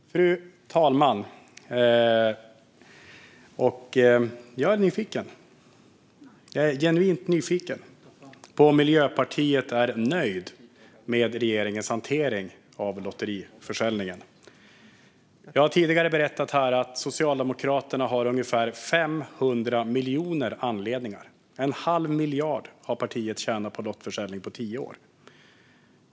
Fru talman! Jag är genuint nyfiken på om Miljöpartiet är nöjt med regeringens hantering av lotteriförsäljningen. Jag tidigare berättat här att Socialdemokraterna har ungefär 500 miljoner anledningar - en halv miljard har partiet tjänat på lottförsäljning på tio år.